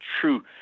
true